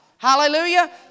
Hallelujah